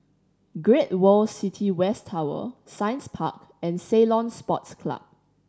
Great World City West Tower Science Park and Ceylon Sports Club